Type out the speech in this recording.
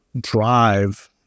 drive